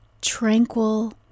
tranquil